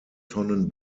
tonnen